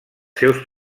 seus